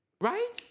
Right